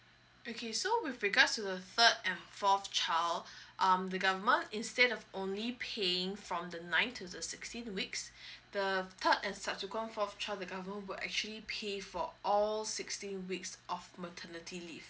okay so with regards to the third and fourth child um the government instead of only paying from the ninth to the sixteenth weeks the third and subsequent fourth child the government will actually pay for all sixteen weeks of maternity leave